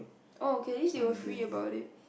oh okay at least you were free about it